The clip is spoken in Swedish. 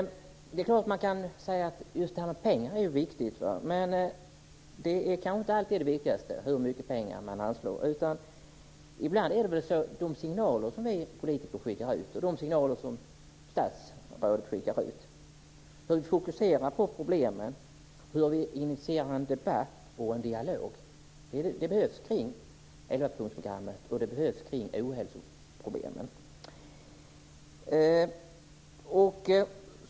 Det är klart att man kan säga att just det här med pengar är viktigt, men hur mycket pengar som anslås är kanske inte alltid det viktigaste. Ibland handlar det om de signaler som vi politiker skickar ut och de signaler som statsråd skickar ut, hur vi fokuserar på problemen och hur vi initierar en debatt och en dialog - det behövs kring elvapunktsprogrammet, och det behövs kring ohälsoproblemen.